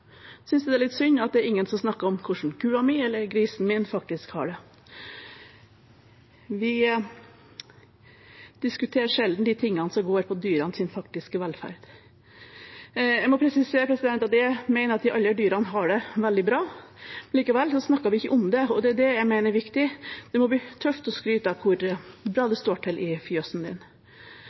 litt synd at ingen snakker om hvordan kua eller grisen deres faktisk har det. De diskuterer sjelden de tingene som går på dyrenes faktiske velferd. Jeg må presisere at jeg mener at de aller fleste dyrene har det veldig bra. Likevel snakker vi ikke om det, og det er det jeg mener er viktig. Det må bli tøft å skryte av hvor bra det står til i